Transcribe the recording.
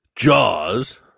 jaws